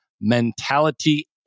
mentality